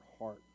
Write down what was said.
heart